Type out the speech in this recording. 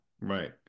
right